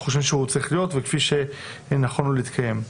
חושבים שהוא צריך להיות וכפי שנכון לו להתקיים.